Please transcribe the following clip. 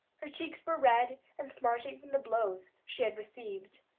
her cheeks were red and smarting from the blows she had received.